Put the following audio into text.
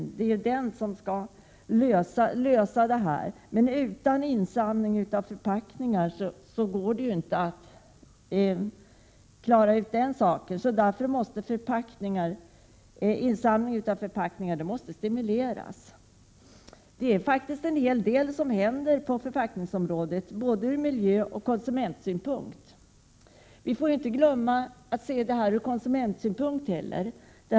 Men utan insamling av förpackningar är detta omöjligt. Därför måste insamlingen av förpackningar stimuleras. Det är faktiskt en hel del som händer på förpackningsområdet, ur både miljöoch konsumentsynpunkt — vi får ju inte glömma den senare.